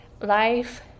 life